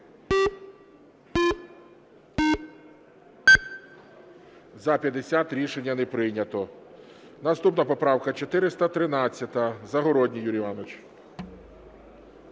За-50 Рішення не прийнято. Наступна поправка 1025. Загородній Юрій Іванович,